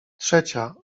trzecia